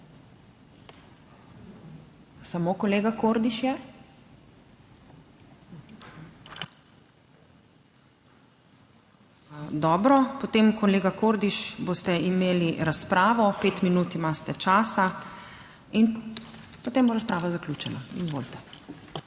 Samo kolega Kordiš je? Dobro, potem kolega Kordiš boste imeli razpravo, 5 minut imate časa in potem bo razprava zaključena. Izvolite.